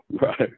Right